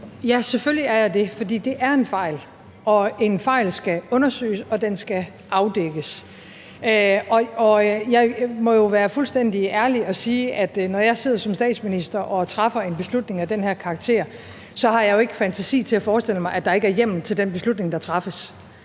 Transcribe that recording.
Selvfølgelig er jeg det, for det er en fejl, og en fejl skal undersøges, og den skal afdækkes. Jeg må jo være fuldstændig ærlig at sige, at når jeg sidder som statsminister og træffer en beslutning af den her karakter, har jeg jo ikke fantasi til at forestille mig, at der ikke er hjemmel til den beslutning, der træffes